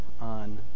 on